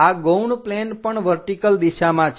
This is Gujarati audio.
આ ગૌણ પ્લેન પણ વર્ટિકલ દિશામાં છે